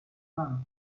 love